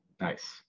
Nice